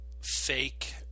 fake